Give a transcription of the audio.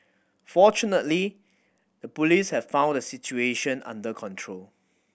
fortunately the Police have brought the situation under control